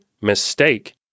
mistake